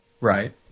Right